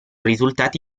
risultati